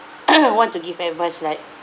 want to give advice like